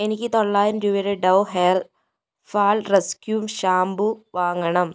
എനിക്ക് തൊള്ളായിരം രൂപയുടെ Dove hair fall rescue shampoo വാങ്ങണം